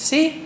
See